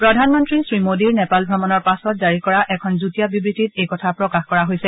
প্ৰধানমন্তী শ্ৰী মোদীৰ নেপাল ভ্ৰমণৰ পাছত জাৰি কৰা এখন যুটীয়া বিবৃতিত এই কথা প্ৰকাশ কৰা হৈছে